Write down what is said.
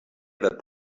that